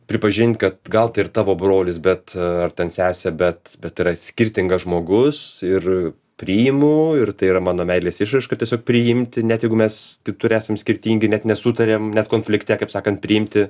pripažinti kad gal tai ir tavo brolis bet ar ten sesė bet bet yra skirtingas žmogus ir priimu ir tai yra mano meilės išraiška tiesiog priimti net jeigu mes kitur esam skirtingi net nesutariam net konflikte kaip sakant priimti